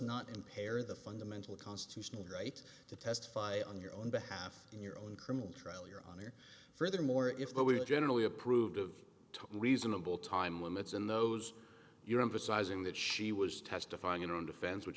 not impair the fundamental constitutional right to testify on your own behalf in your own criminal trial your honor furthermore if that were generally approved of reasonable time limits in those you're emphasizing that she was testifying in her own defense which